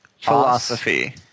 Philosophy